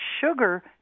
sugar